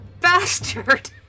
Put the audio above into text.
bastard